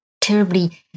terribly